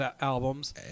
albums